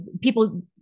People